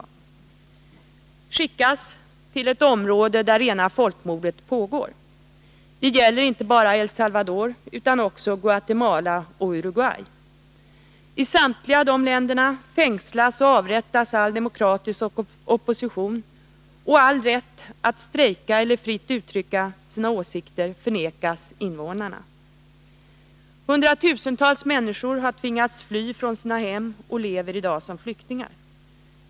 Trupperna skulle skickas till ett område där rena folkmordet pågår. Det gäller inte bara El Salvador, utan också Guatemala och Uruguay. I samtliga dessa länder fängslas och avrättas all demokratisk opposition, och all rätt att strejka eller fritt uttrycka sin åsikt förvägras invånarna. Hundratusentals människor har tvingats fly från sina hem och lever i dag som flyktingar.